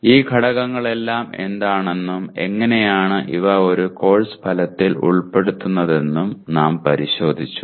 ഈ ഘടകങ്ങളെല്ലാം എന്താണെന്നും എങ്ങനെയാണ് ഇവ ഒരു കോഴ്സ് ഫലത്തിൽ ഉൾപ്പെടുത്തുന്നതെന്നും നാം പരിശോധിച്ചു